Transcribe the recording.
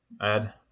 add